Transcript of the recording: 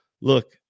look